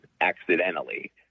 accidentally